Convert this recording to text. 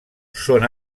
són